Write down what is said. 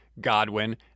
Godwin